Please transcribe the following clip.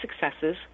successes